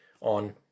on